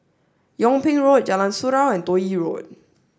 Yung Ping Road Jalan Surau and Toh Yi Road